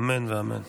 אמן ואמן.